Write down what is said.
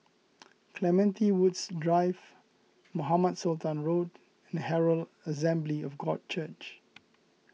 Clementi Woods Drive Mohamed Sultan Road and Herald Assembly of God Church